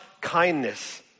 kindness